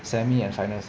semi and finals